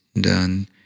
done